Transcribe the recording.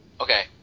Okay